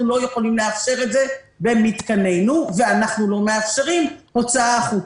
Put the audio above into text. לא יכולים לאפשר את זה במתקנינו ואנחנו לא מאפשרים הוצאה החוצה.